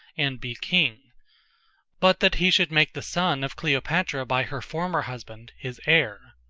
and be king but that he should make the son of cleopatra by her former husband his heir.